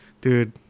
Dude